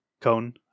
Cone